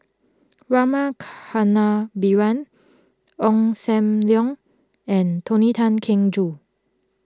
Rama Kannabiran Ong Sam Leong and Tony Tan Keng Joo